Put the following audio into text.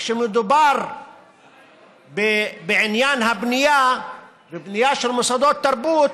כשמדובר בעניין של בניית מוסדות תרבות,